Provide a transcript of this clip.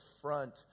front